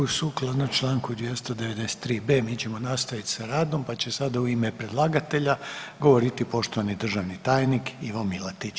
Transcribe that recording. Sukladno Članku 293b. mi ćemo nastaviti sa radom pa će sada u ime predlagatelja govoriti poštovani državni tajnik Ivo Milatić.